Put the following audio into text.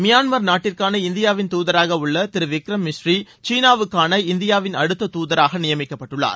Myanmar நாட்டிற்கான இநதியாவின் தூதராக உள்ள திரு விக்ரம் மிஸ்ஸ்ரீ சீனாவுக்கான இந்தியாவின் அடுத்த தூதராக நிமயிக்கப்பட்டுள்ளார்